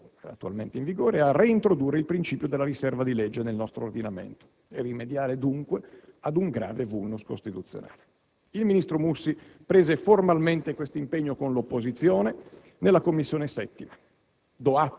purtroppo attualmente in vigore - e a reintrodurre il principio della riserva di legge nel nostro ordinamento, rimediando dunque ad un grave *vulnus* costituzionale. Il ministro Mussi prese formalmente questo impegno con l'opposizione nella 7a Commissione.